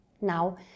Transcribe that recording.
Now